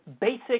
basic